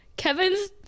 Kevin's